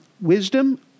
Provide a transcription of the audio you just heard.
wisdom